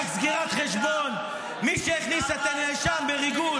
ורק סגירת חשבון: מי שהכניס את הנאשם בריגול